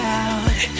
out